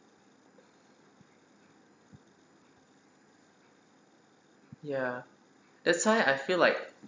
ya that's why I feel like